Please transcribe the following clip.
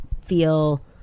feel